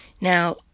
Now